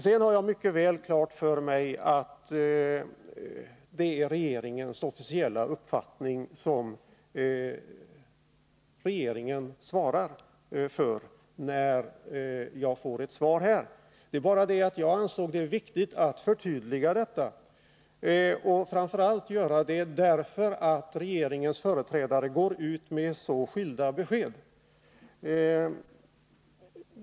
Jag har mycket väl klart för mig att det är regeringens officiella uppfattning, som regeringen svarar för, som uttrycks när jag får ett svar här. Det var bara det att jag ansåg det viktigt att förtydliga detta, framför allt när regeringens företrädare går ut med så skilda besked.